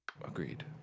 Agreed